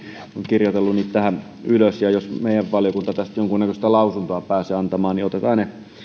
kirjoitellut niitä ylös ja jos meidän valiokuntamme tästä jonkunnäköistä lausuntoa pääsee antamaan niin otetaan ne